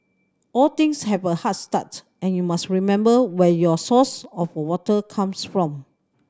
all things have a hard start and you must remember where your source of water comes from